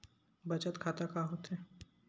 बचत खाता का होथे?